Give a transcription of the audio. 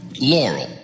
Laurel